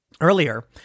earlier